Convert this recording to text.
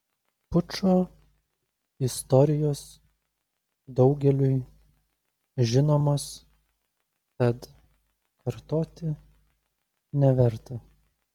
pučo istorijos daugeliui žinomos tad kartoti neverta